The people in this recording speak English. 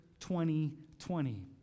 2020